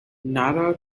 nara